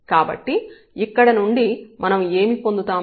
కాబట్టి ఇక్కడ నుండి మనం ఏమి పొందుతాము